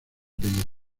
apellido